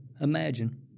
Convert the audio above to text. imagine